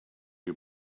you